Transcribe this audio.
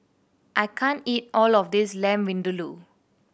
I can't eat all of this Lamb Vindaloo